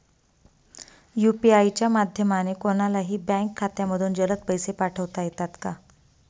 UPI च्या माध्यमाने कोणलाही बँक खात्यामधून जलद पैसे पाठवता येतात का?